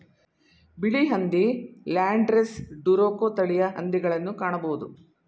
ಬಿಳಿ ಹಂದಿ, Landrace, Duroc ತಳಿಯ ಹಂದಿಗಳನ್ನು ಕಾಣಬೋದು